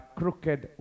crooked